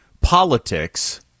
politics